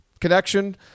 connection